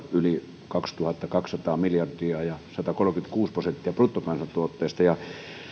olla yli kaksituhattakaksisataa miljardia ja satakolmekymmentäkuusi prosenttia bruttokansantuotteesta